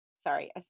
sorry